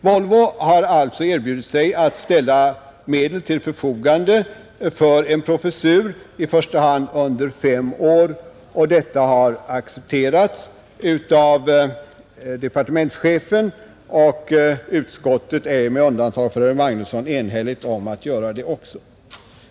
Volvo har erbjudit sig att ställa medel till förfogande för en professur, i första hand under fem år, och detta har accepterats av departementschefen, och utskottet är med undantag för herr Magnusson enhälligt om att göra det också.